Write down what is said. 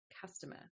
customer